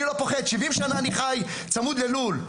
אני לא מפחד, 70 שנים אני חי צמוד ללול.